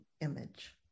image